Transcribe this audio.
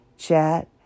chat